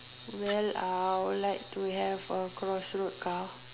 well I will like to have a cross road car